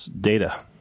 Data